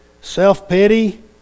self-pity